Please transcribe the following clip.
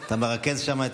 אתה מרכז שם את